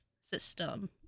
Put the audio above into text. system